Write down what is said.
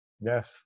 Yes